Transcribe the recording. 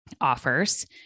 offers